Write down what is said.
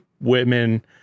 women